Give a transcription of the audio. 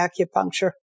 acupuncture